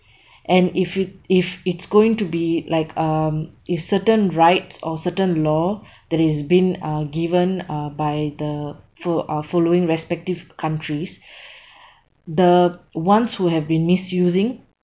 and if you if it's going to be like um if certain rights or certain law that is been uh given uh by the fo~ uh following respective countries the ones who have been misusing